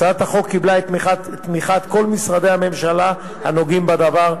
הצעת החוק קיבלה את תמיכת כל משרדי הממשלה הנוגעים בדבר,